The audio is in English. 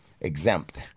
exempt